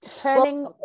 Turning